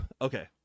Okay